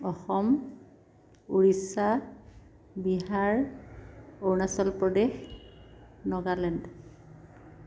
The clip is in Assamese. অসম উৰিষ্যা বিহাৰ অৰুণাচল প্ৰদেশ নাগালেণ্ড